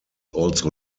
also